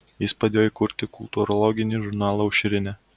jis padėjo įkurti kultūrologinį žurnalą aušrinė